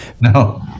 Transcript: no